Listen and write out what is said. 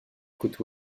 côte